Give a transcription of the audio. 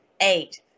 Eight